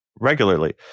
regularly